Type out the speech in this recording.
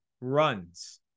runs